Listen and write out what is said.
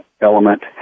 element